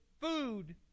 food